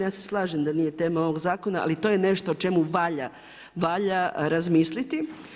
Ja se slažem da nije tema ovog zakona, ali to je nešto o čemu valja razmisliti.